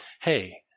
hey